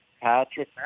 Patrick